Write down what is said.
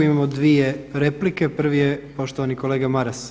Imamo dvije replike, prvi je poštovani kolega Maras.